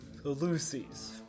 Lucy's